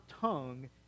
tongue